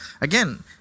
again